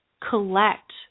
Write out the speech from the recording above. collect